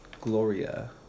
gloria